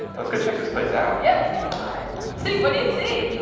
let's go check this place out. yeah let's go inside. steve, what do you see?